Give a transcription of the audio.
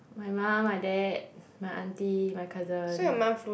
my mum my dad my aunty my cousin